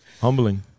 Humbling